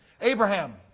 Abraham